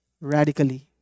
radically